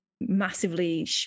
massively